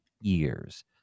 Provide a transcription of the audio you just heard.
years